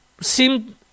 seemed